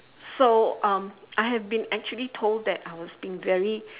so um I have been actually told I was being very